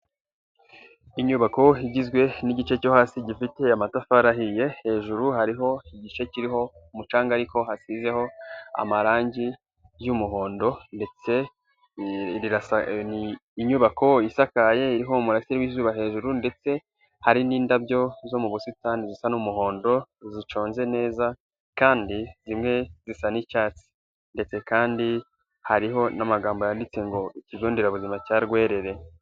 Inyubako igizwe n'igice cyo hasi gifite amatafari ahiye, hejuru hariho igice kiriho umucanga ariko hasizeho amarangi y'umuhondo ndetse inyubako isakaye, iriho umurasire w'izuba hejuru ndetse hari n'indabyo zo mu busitani zisa n'umuhondo, ziconze neza, kandi zimwe zisa n'icyatsi ndetse kandi hariho n'amagambo yanditse ngo, Ikigo nderabuzima cya Rwerere.